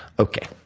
okay.